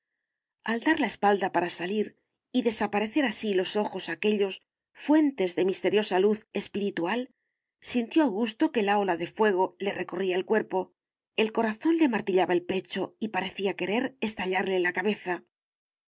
al dar la espalda para salir y desaparecer así los ojos aquéllos fuentes de misteriosa luz espiritual sintió augusto que la ola de fuego le recorría el cuerpo el corazón le martillaba el pecho y parecía querer estallarle la cabeza